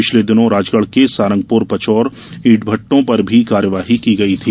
पिछले दिनों राजगढ़ के सारंगपुर पचोर ईट भटटों पर भी कार्यवाही की गई थी